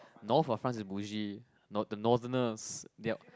north of France is boggy nor~ the northerners they are